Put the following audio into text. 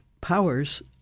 powers